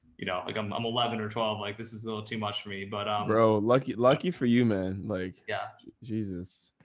you know, like i'm, i'm eleven or twelve, like this is a little too much for me, but, um lucky, lucky for you, man. like yeah jesus,